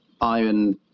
iron